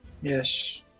Yes